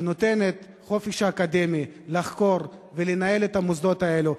שנותנת חופש אקדמי לחקור ולנהל את המוסדות האלה,